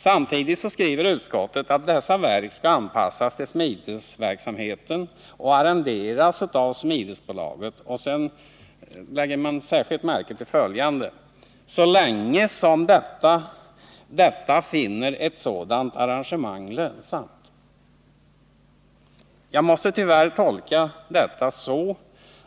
Samtidigt skriver utskottet att dessa verk skall anpassas till smidesverksamheten och arrenderas av smidesbolaget ”'så länge detta finner ett sådant arrangemang lönsamt”. Jag måste tyvärr tolka detta så,